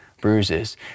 bruises